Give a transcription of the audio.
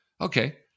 okay